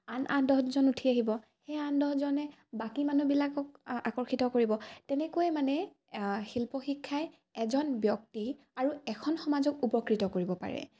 আন আন দহজন উঠি আহিব সেই আন দহজনে বাকী মানুহবিলাকক আকৰ্ষিত কৰিব তেনেকৈ মানে শিল্প শিক্ষাই এজন ব্যক্তি আৰু এখন সমাজক উপকৃত কৰিব পাৰে